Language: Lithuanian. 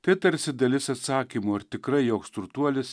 tai tarsi dalis atsakymo ar tikrai joks turtuolis